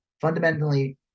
fundamentally